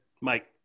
Mike